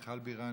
מיכל בירן,